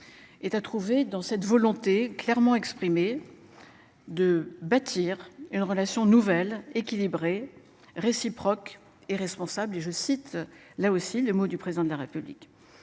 Et as trouvé dans cette volonté clairement exprimée. De bâtir une relation nouvelle équilibrée réciproque et responsable et je cite là aussi les mots du président de la République.